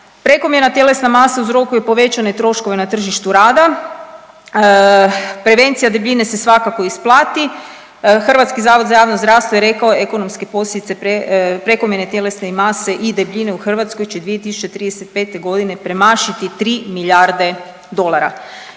prekomjerna tjelesna masa uzrokuje povećane troškove na tržištu rada, prevencija debljine se svakako isplati, HZJZ je rekao ekonomske posljedice prekomjerne tjelesne mase i debljine u Hrvatskoj će 2035.g. premašiti 3 miljarde dolara.